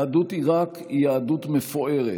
יהדות עיראק היא יהדות מפוארת,